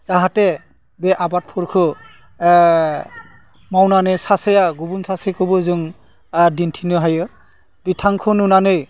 जाहाथे बे आबादफोरखौ मावनानै सासेया गुबुन सासेखौबो जों दिन्थिनो हायो बिथांखो नुनानै